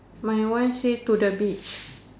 my one say to the beach